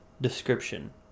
description